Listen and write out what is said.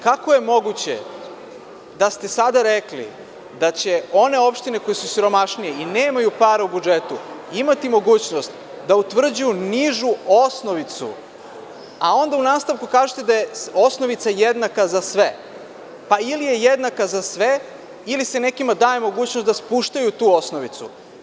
Kako je moguće da ste sada rekli da će one opštine koje su siromašnije i nemaju para u budžetu imati mogućnost da utvrđuju nižu osnovicu, a onda u nastavku kažete da je osnovica jednaka za sve, pa ili je jednaka za sve ili se nekima daje mogućnost da spuštaju tu osnovicu?